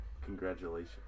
Congratulations